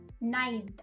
ninth